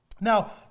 Now